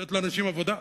לתת לאנשים עבודה.